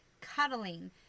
cuddling